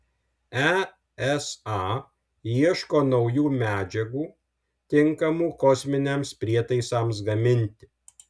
esa ieško naujų medžiagų tinkamų kosminiams prietaisams gaminti